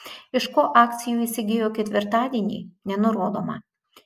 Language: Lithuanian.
iš ko akcijų įsigijo ketvirtadienį nenurodoma